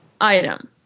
item